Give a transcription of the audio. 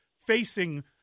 facing